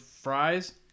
fries